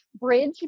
bridge